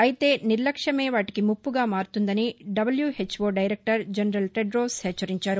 అయితే నిర్రక్ష్యమే వాటికి ముప్పగా మారుతుందని డబ్యూహెచ్వో డైరెక్టర్ జనరల్ టెడోస్ హెచ్చరించారు